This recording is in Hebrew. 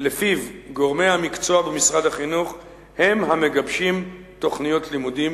שלפיו גורמי המקצוע במשרד החינוך הם המגבשים תוכניות לימודים.